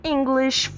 English